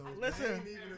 Listen